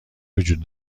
وجود